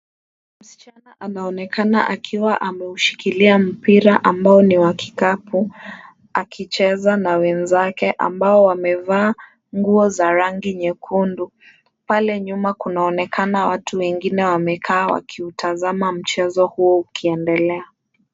Msichana anaoenakana akiwa ameushikilia mpira ambao ni wa kikapu, akicheza na wenzake ambao wamevaa nguo za rangi nyekundu. Pale nyuma kunaonekana watu wengine wamekaa wakiutazama mchezo huo ukiendelea.